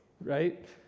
right